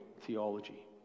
theology